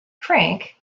frink